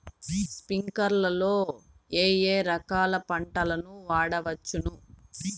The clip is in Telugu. స్ప్రింక్లర్లు లో ఏ ఏ రకాల పంటల ను చేయవచ్చును?